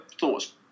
thoughts